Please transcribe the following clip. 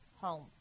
home